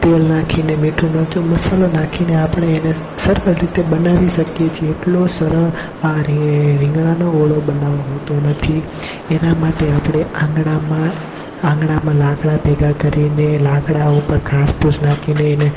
તેલ નાખીને મીઠું મરચું મસાલો નાખીને આપણે એને સરળ રીતે બનાવી શકીએ છીએ એટલો સરળ આ રીંગણાનો ઓળો બનાવો હોતો નથી એના માટે આપણે આંગણામાં આંગણામાં લાકડા ભેગા કરીને લાકડા ઉપર ઘાસ પુસ નાખીને એને